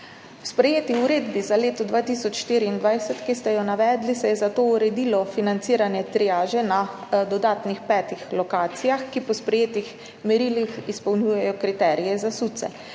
V sprejeti uredbi za leto 2024, ki ste jo navedli, se je zato uredilo financiranje triaže na dodatnih petih lokacijah, ki po sprejetih merilih izpolnjujejo kriterije za SUC.